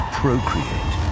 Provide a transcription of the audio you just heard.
procreate